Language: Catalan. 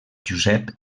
josep